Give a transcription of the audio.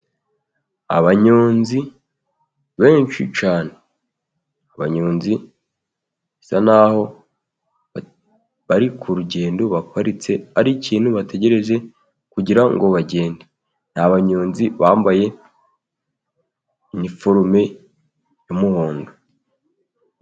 Abanyonzi benshi cyane. Abanyonzi basa naho bari ku rugendo, baparitse hari ikintu bategereje kugira ngo bagende, ni abanyonzi bambaye iniforume y'umuhondo.